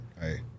hey